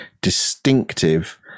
distinctive